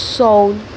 soul